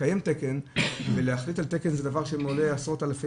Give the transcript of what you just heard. לקיים תקן ולהחליט על תקן זה דבר שעולה עשרות אלפי